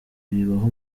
bibaho